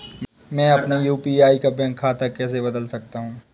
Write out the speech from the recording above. मैं अपने यू.पी.आई का बैंक खाता कैसे बदल सकता हूँ?